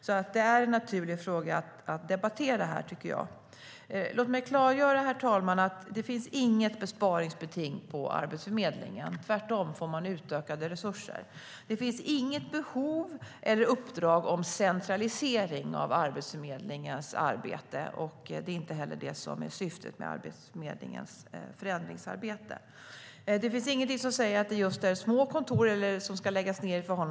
Det är alltså en naturlig fråga att debattera. Låt mig klargöra att Arbetsförmedlingen inte har något besparingsbeting. Tvärtom får de utökade resurser. Det finns inget behov av eller uppdrag om centralisering av Arbetsförmedlingens arbete. Det är inte heller syftet med Arbetsförmedlingens förändringsarbete. Det finns inget som säger att just små kontor ska läggas ned.